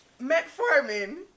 Metformin